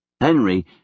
Henry